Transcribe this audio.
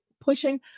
pushing